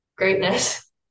Greatness